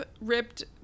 ripped